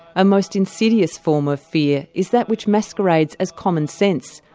a most insidious form of fear is that which masquerades as commonsense,